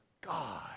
God